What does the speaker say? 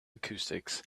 acoustics